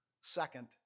Second